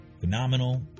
phenomenal